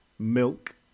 milk